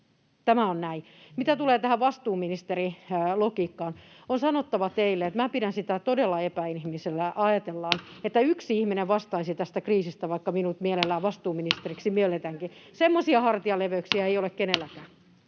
tämä on näin. Mitä tulee tähän vastuuministerilogiikkaan, niin on sanottava teille, että minä pidän sitä todella epäinhimillisenä, että ajatellaan, että yksi ihminen vastaisi tästä kriisistä, vaikka minut mielellään vastuuministeriksi mielletäänkin. [Sari Sarkomaa: Entä ne